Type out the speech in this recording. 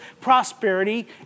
prosperity